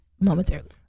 momentarily